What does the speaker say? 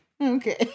Okay